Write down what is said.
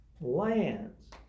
lands